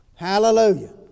Hallelujah